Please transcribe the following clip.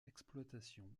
exploitation